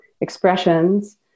expressions